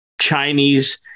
Chinese